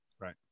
Right